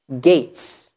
gates